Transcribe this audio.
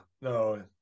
no